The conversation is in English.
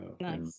Nice